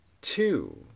two